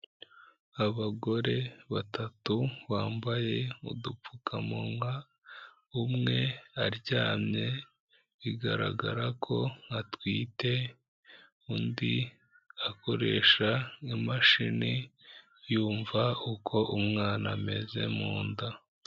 Abagore batatu bambaye udupfukamunwa, umwe aryamye bigaragara ko atwite undi akoresha imashini yumva uko umwana ameze mu nda.